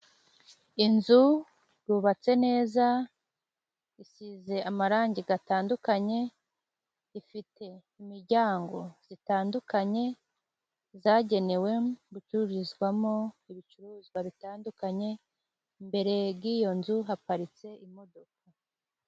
Inzu yubatse neza, isize amarangi gatandukanye, ifite imiryango zitandukanye zagenewe gucurizwamo ibicuruzwa bitandukanye, mbere g'iyo nzu haparitse imodoka.